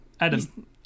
Adam